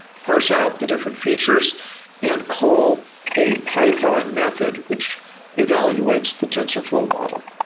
parse out the different features and call a python method which evaluates the tensorflow model,